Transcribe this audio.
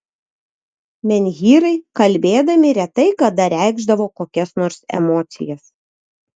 menhyrai kalbėdami retai kada reikšdavo kokias nors emocijas